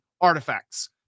artifacts